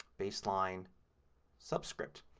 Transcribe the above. baseline subscript.